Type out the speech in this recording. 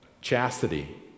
chastity